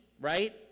Right